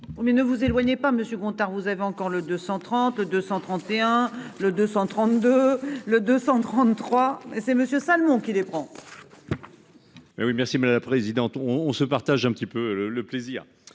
Mais ne vous éloignez pas Monsieur Gontard. Vous avez encore le 230 231 le 232 le 233, c'est Monsieur Salmon, qui les prend. Oui merci la la présidente on on se partage un petit peu le le plaisir